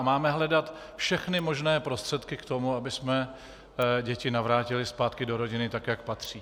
Máme hledat všechny možné prostředky k tomu, abychom děti navrátili zpátky do rodiny tak, jak patří.